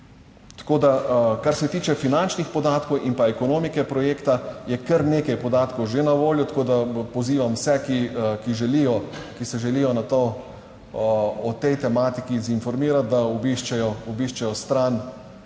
Tako da kar se tiče finančnih podatkov in pa ekonomike projekta, je kar nekaj podatkov že na voljo, tako da pozivam vse, ki želijo, ki se želijo na to, o tej tematiki zinformirati, da obiščejo,